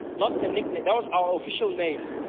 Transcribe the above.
not a nickname, that was ah official name.